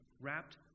wrapped